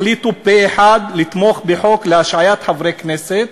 החליטו פה-אחד לתמוך בחוק השעיית חברי כנסת,